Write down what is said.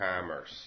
Commerce